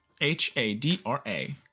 H-A-D-R-A